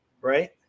right